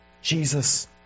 Jesus